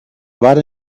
about